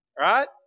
Right